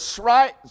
right